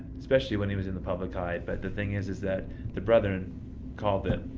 especially when he was in the public eye, but the thing is is that the brethren called them